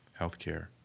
healthcare